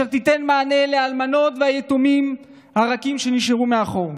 שתיתן מענה לאלמנות וליתומים הרכים שנשארו מאחור.